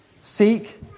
Seek